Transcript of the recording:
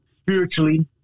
spiritually